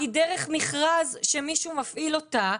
היא דרך מכרז שמישהו מפעיל אותה.